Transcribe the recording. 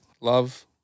Love